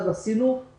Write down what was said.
עשינו סקר אחד,